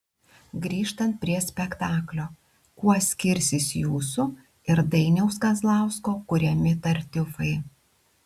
grįžtant prie spektaklio kuo skirsis jūsų ir dainiaus kazlausko kuriami tartiufai